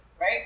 right